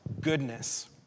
goodness